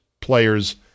players